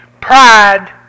Pride